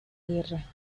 guerra